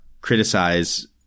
criticize